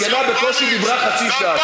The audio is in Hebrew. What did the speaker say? מסכנה, בקושי דיברה חצי שעה.